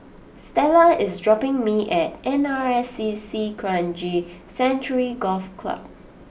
Stella is dropping me at N R S C C Kranji Sanctuary Golf Club